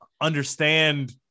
understand